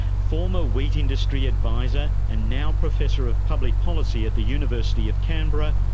former wheat industry adviser and now professor of public policy at the university of canberra,